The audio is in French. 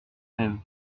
même